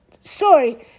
story